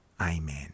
Amen